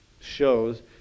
shows